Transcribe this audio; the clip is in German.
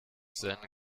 seine